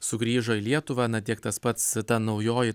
sugrįžo į lietuvą na tiek tas pats ta naujoji